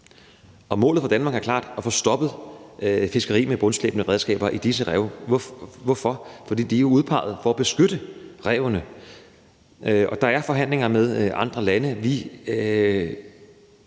Målet for Danmark er klart: at få stoppet fiskeri med bundslæbende redskaber på disse rev. Hvorfor? Fordi de er udpeget for at beskytte revene. Der er forhandlinger med andre lande,